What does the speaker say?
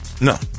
No